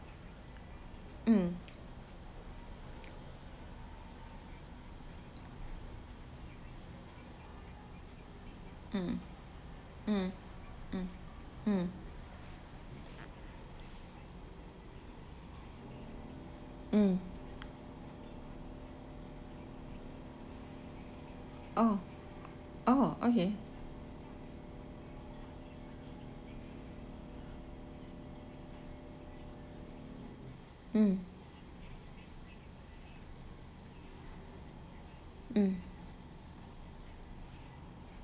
um um um um um um oh oh okay um um